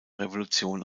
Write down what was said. revolution